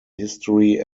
history